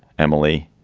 emily,